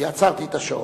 כי עצרתי את השעון.